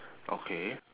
okay